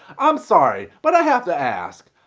i'm sorry but i have to ask,